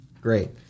Great